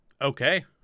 Okay